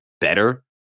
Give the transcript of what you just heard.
better